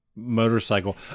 Motorcycle